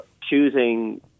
choosing